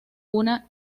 una